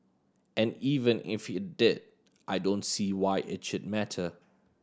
and even if it did I don't see why it should matter